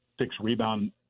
six-rebound